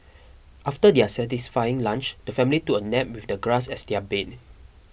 after their satisfying lunch the family took a nap with the grass as their bed